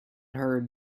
heard